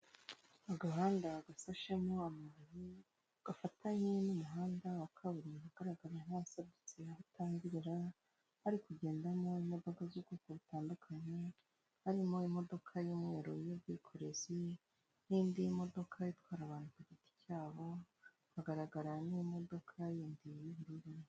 Agahanda gashashemo amabuye, gafatanye n'umuhanda wa kaburimbo ugaragara nk'uwasadutse aho utangirira, hari kugendamo imodoka z'ubwoko butandukanye, harimo imodoka y'umweru y'ubwikorezi n'indi modoka itwara abantu ku giti cyabo hagaragara n'imodoka yindi y'ubururu.